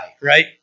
right